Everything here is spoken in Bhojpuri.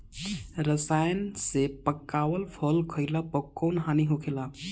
रसायन से पकावल फल खइला पर कौन हानि होखेला?